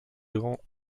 grand